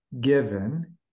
given